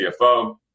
CFO